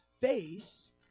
face